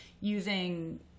using